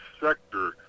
sector